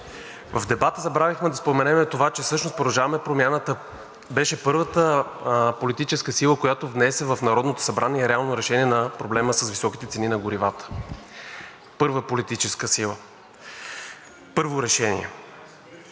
В дебата забравихме да споменем това, че всъщност „Продължаваме Промяната“ беше първата политическа сила, която внесе в Народното събрание реално решение на проблема с високите цени на горивата – първа политическа сила, първо решение.